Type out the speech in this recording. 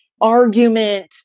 argument